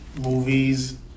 movies